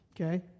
okay